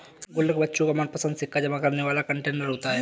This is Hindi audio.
गुल्लक बच्चों का मनपंसद सिक्का जमा करने वाला कंटेनर होता है